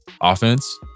offense